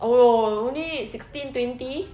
oh only sixteen twenty